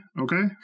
okay